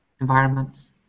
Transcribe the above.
environments